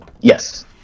yes